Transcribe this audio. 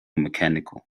mechanical